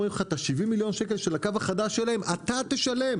אומרים לך: את 70 מיליון השקלים של הקו החדש שלהם אתה תשלם,